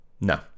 No